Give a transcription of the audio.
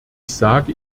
sage